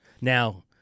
Now